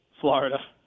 Florida